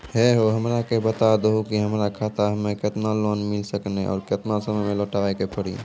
है हो हमरा के बता दहु की हमार खाता हम्मे केतना लोन मिल सकने और केतना समय मैं लौटाए के पड़ी?